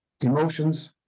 emotions